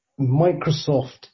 Microsoft